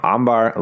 Ambar